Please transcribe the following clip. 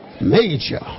major